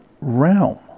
realm